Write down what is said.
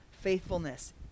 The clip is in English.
faithfulness